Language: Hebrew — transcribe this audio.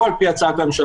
או על פי הצעת ממשלה,